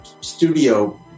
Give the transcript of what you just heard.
studio